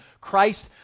Christ